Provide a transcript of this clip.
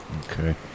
Okay